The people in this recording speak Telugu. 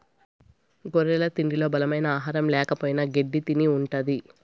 గొర్రెల తిండిలో బలమైన ఆహారం ల్యాకపోయిన గెడ్డి తిని ఉంటది